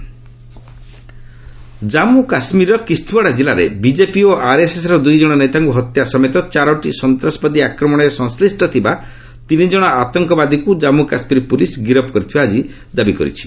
J and K terrorist Jammu କାଶ୍ୱୀରର କିସ୍ତ୍ୱାଡା କିଲ୍ଲାରେ BJP ଓ ଆର୍ଏସ୍ଏସ୍ର ଦୂଇ ଜଣ ନେତାଙ୍କ ହତ୍ୟା ସମେତ ଚାରୋଟି ସନ୍ତାସବାଦୀ ଆକ୍ରମଣରେ ସଂଶ୍ରୀଷ୍ଟ ଥିବା ତିନି ଜଣ ଆତଙ୍କବାଦୀଙ୍କୁ ଜାମୁ କାଶ୍ମୀର ପୁଲିସ୍ ଗିରଫ୍ କରିଥିବା ଆଜି ଦାବି କରିଛି